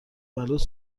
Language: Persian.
بلوط